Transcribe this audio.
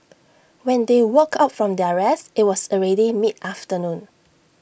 when they woke up from their rest IT was already mid afternoon